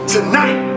Tonight